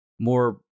more